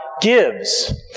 gives